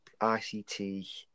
ict